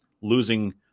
losing